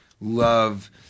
love –